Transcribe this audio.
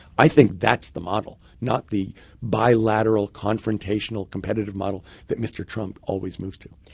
i think that's the model, not the bilateral confrontational competitive model that mr. trump always moves to.